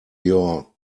your